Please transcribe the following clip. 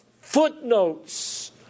footnotes